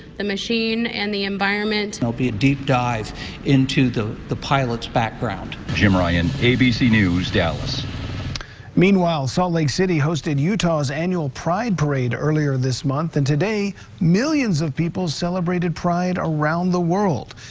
the machine, and the enviroment will be a deep dive into the the pilots' background. jim ryan, abc news, dallas i mean rick salt lake city hosted utah's annual pride parade earlier this month and today millions of people celebrated pride around the world.